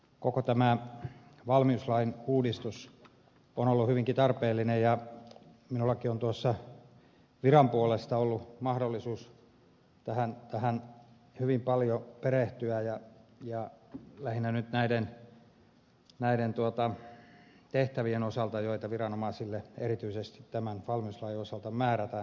koko tämä valmiuslain uudistus on ollut hyvinkin tarpeellinen ja minullakin on viran puolesta ollut mahdollisuus tähän hyvin paljon perehtyä ja lähinnä näiden tehtävien osalta joita viranomaisille erityisesti tämän valmiuslain osalta määrätään